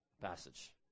passage